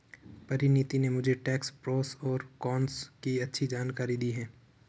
परिनीति ने मुझे tax pros और कोन्स की अच्छी जानकारी दी है